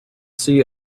see